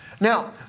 Now